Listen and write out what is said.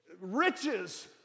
Riches